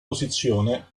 posizione